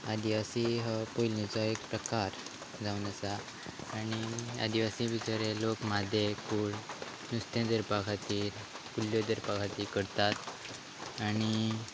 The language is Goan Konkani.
आदिवासी हो पयलींचो एक प्रकार जावन आसा आनी आदिवासी भितर हे लोक मादें कूळ नुस्तें धरपा खातीर कुल्ल्यो धरपा खातीर करतात आनी